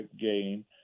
game